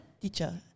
teacher